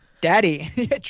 Daddy